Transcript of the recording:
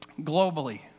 Globally